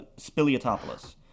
Spiliotopoulos